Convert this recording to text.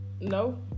No